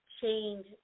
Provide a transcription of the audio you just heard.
change